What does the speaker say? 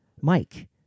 Mike